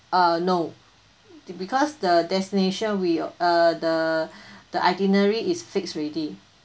uh no because the destination we uh the the itinerary is fixed already